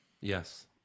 Yes